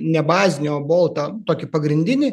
ne bazinį o boltą tokį pagrindinį